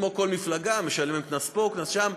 כמו מפלגה שמשלמת קנס פה, קנס שם.